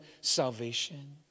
salvation